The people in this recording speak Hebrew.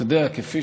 אתה יודע, כפי